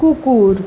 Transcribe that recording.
কুকুর